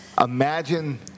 Imagine